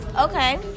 Okay